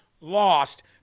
lost